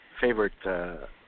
favorite